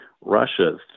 Russia